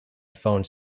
phone